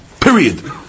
Period